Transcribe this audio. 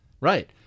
Right